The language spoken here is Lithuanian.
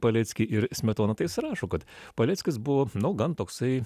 paleckį ir smetoną tai jis rašo kad paleckis buvo gan toksai